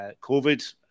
COVID